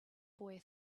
boy